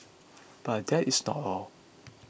but that is not all